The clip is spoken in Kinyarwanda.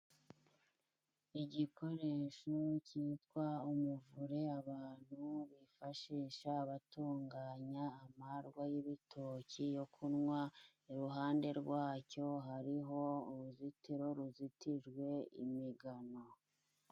Igikoresho cyitwa umuvure abantu bifashisha batunganya amarwa y'ibitoki yo kunywa, iruhande rwacyo hariho uruzitiro ruzitijwe imigano.